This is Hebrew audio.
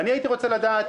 הייתי רוצה לדעת